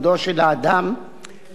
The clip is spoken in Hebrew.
לבזותו ולהשפילו.